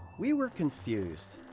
we were confused.